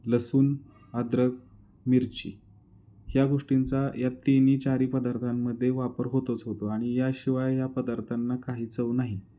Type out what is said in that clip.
लसूण अद्रक मिरची ह्या गोष्टींचा या तिन्ही चारी पदार्थांमध्ये वापर होतोच होतो आणि याशिवाय या पदार्थांना काही चव नाही